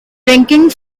drinking